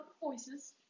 voices